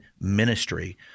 ministry